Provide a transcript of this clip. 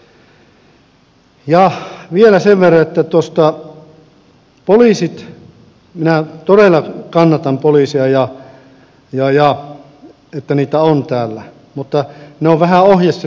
ja vielä sen verran että minä todella kannatan poliiseja ja sitä että niitä on täällä mutta ne on ohjastettu vähän vääriin paikkoihin